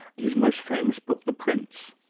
his most famous book, the prince.